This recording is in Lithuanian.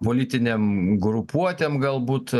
politinėm grupuotėm galbūt